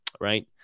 right